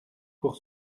pour